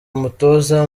umutoza